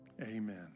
Amen